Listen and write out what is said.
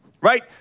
Right